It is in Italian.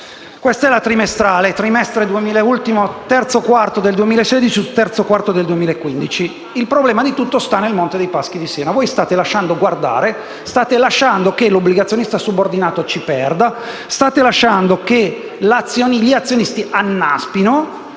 qui le relazioni trimestrali (terzo e quarto trimestre 2015 e terzo e quarto trimestre 2016). Il problema di tutto sta nel Monte dei Paschi di Siena. Voi state lasciando guardare, state lasciando che l'obbligazionista subordinato ci perda, state lasciando che gli azionisti annaspino